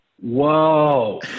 whoa